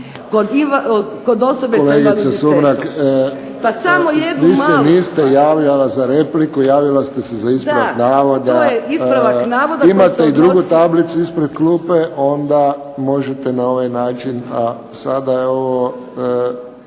Kolegice Sumrak vi se niste javljala za repliku, javili ste se za ispravak navoda. Imate i drugu tablicu ispod klupe, onda možete na ovaj način, a sada je ovo